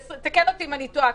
תקן אותי אם אני טועה,